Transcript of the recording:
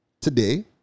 today